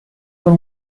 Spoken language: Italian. con